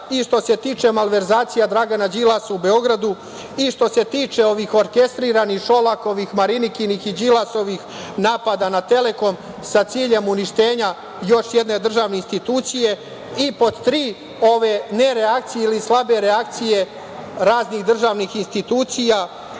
i što se tiče malverzacija Dragana Đilasa u Beogradu, i što se tiče ovih orkestriranih Šolakovih, Marinikinih i Đilasovih napada na „Telekom“, sa ciljem uništenja još jedne državne institucije i, pod tri, ove ne reakcije ili slabe reakcije raznih državnih institucija,